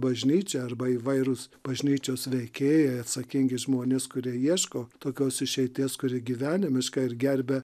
bažnyčia arba įvairūs bažnyčios veikėjai atsakingi žmonės kurie ieško tokios išeities kuri gyvenimiška ir gerbia